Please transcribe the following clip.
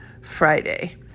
Friday